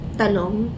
talong